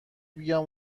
بیام